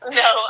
no